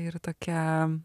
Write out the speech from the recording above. ir tokia